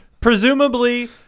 presumably